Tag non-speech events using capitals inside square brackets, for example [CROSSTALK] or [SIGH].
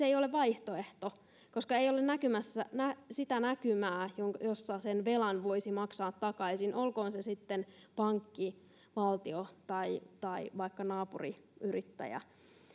[UNINTELLIGIBLE] ei ole vaihtoehto koska ei ole sitä näkymää että sen velan voisi maksaa takaisin olkoon se velkoja sitten pankki valtio tai tai vaikka naapuriyrittäjä